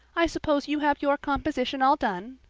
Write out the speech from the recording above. i suppose you have your composition all done?